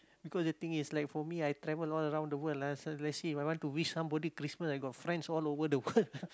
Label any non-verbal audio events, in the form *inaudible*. because the thing is like for me I travel all around the world lah so let's see If I want to wish somebody Christmas I got friends all over the world *laughs*